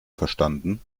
verstanden